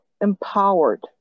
empowered